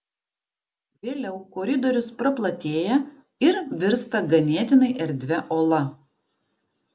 vėliau koridorius praplatėja ir virsta ganėtinai erdvia ola